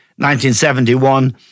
1971